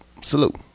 salute